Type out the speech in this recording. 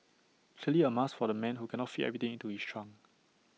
clearly A must for the man who cannot fit everything into his trunk